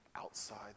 Outside